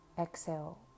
Exhale